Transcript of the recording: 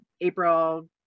April